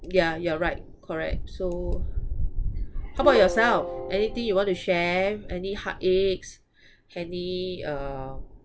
yeah you're right correct so how about yourself anything you want to share any heartaches any uh